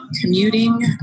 commuting